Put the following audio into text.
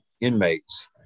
inmates